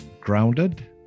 grounded